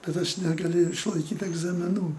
bet aš negalėjau išlaikyt egzaminų